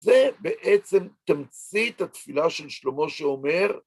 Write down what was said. זה בעצם תמצית התפילה של שלמה שאומר,